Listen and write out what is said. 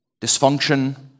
dysfunction